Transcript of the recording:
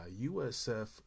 USF